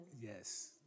yes